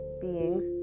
beings